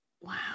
wow